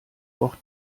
auch